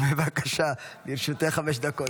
בבקשה, לרשותך חמש דקות.